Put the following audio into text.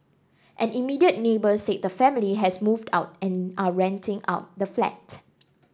an immediate neighbour said the family has moved out and are renting out the flat